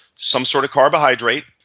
some sort of carbohydrate.